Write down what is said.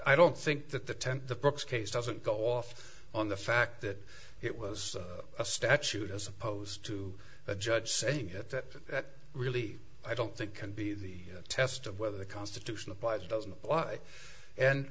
i don't think that the tent the books case doesn't go off on the fact that it was a statute as opposed to a judge saying it that really i don't think can be the test of whether the constitution applies doesn't apply and